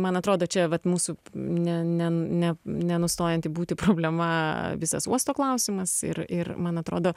man atrodo čia vat mūsų ne ne ne nenustojant būti problema visas uosto klausimas ir ir man atrodo